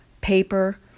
paper